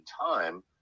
time